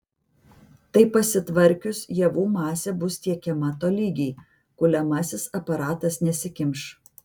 tai pasitvarkius javų masė bus tiekiama tolygiai kuliamasis aparatas nesikimš